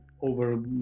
over